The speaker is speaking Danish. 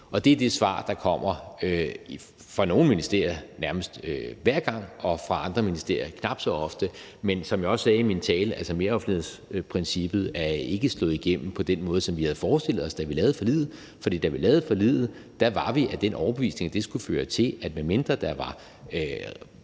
Og det er det svar, der kommer fra nogle ministerier nærmest hver gang og fra andre ministerier knap så ofte. Men som jeg også sagde i min tale, er meroffentlighedsprincippet ikke slået igennem på den måde, som vi havde forestillet os, da vi lavede forliget. For da vi lavede forliget, var vi af den overbevisning, at det skulle føre til, at medmindre der var